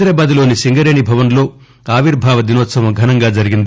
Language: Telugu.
హైదరాబాద్లోని సింగరేణి భవన్లో ఆవిర్భావ దినోత్సవం ఘనంగా జరిగింది